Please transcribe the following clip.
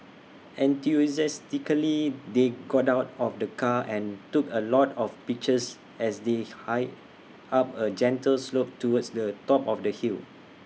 enthusiastically they got out of the car and took A lot of pictures as they hiked up A gentle slope towards the top of the hill